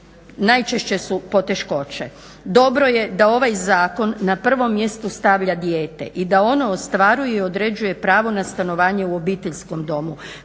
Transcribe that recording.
najčešće su poteškoće. Dobro je da ovaj zakon na prvom mjestu stavlja dijete i da ono ostvaruje i određuje pravo na stanovanje u obiteljskom domu